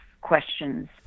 questions